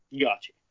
Gotcha